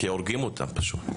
כי הורים אותה פשוט.